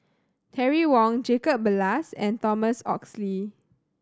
Terry Wong Jacob Ballas and Thomas Oxley